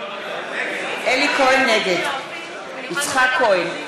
נגד יצחק כהן,